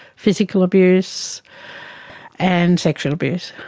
physical abuse and sexual abuse,